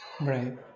right